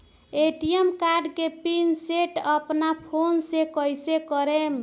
ATM card के pin set अपना phone से कइसे करेम?